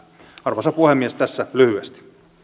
arvoisa puhemies tässä lyhyesti